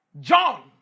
John